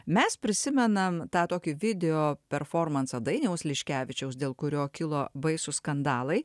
mes prisimenam tą tokį videoperformansą dainiaus liškevičiaus dėl kurio kilo baisūs skandalai